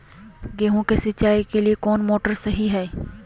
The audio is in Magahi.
गेंहू के सिंचाई के लिए कौन मोटर शाही हाय?